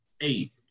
eight